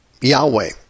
Yahweh